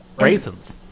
raisins